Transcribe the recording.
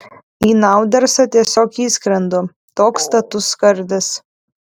į naudersą tiesiog įskrendu toks status skardis